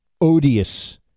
odious